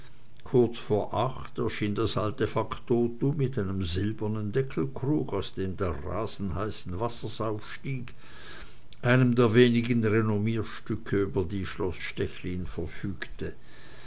kurz vor acht erschien das alte faktotum mit einem silbernen deckelkrug aus dem der wrasen heißen wassers aufstieg einem der wenigen renommierstücke über die schloß stechlin verfügte